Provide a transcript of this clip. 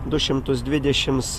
du šimtus dvidešims